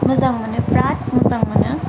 मोजां मोनो बिराद मोजां मोनो